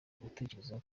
gutekereza